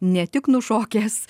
ne tik nušokęs